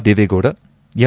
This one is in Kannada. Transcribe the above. ದೇವೇಗೌಡ ಎಂ